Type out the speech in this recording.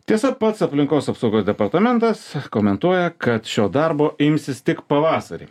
tiesa pats aplinkos apsaugos departamentas komentuoja kad šio darbo imsis tik pavasarį